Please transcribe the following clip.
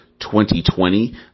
2020